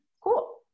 cool